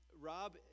Rob